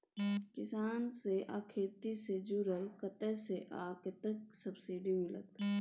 किसान से आ खेती से जुरल कतय से आ कतेक सबसिडी मिलत?